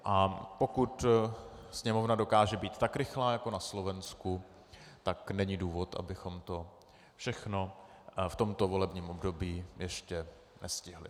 A pokud Sněmovna dokáže být tak rychlá jako na Slovensku, tak není důvod, abychom to všechno v tomto volební období ještě nestihli.